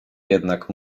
jednak